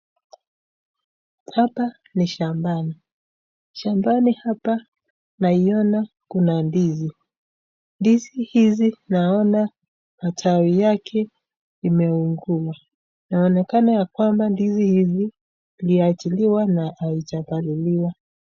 Hapa ni shambani, Shambani hapa naiona kuna ndizi, Ndizi hizi naona matawi yake imeunguwa inaoneka ya kwamba ndizi hizi iliwajiliwa na haijabaliliwa.